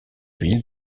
ville